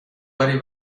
باری